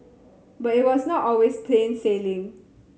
but it was not always plain sailing